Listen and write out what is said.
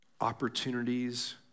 opportunities